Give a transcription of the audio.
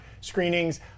screenings